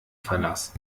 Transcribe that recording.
verlass